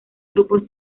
grupos